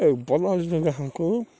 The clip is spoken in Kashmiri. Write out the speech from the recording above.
اَمہِ پتہٕ حظ چھِ تتھ گژھان کٲم